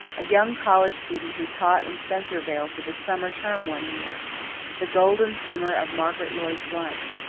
a young college student who taught in spencervale for the summer term one year the golden summer of margaret lloyd's life.